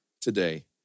today